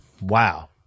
wow